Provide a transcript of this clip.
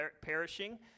perishing